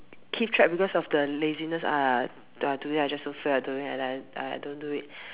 keep track because of the laziness ah today I just don't feel like doing it then I don't do it